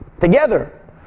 together